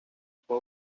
pouch